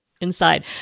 inside